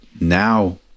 now